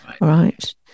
right